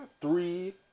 Three